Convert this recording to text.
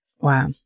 Wow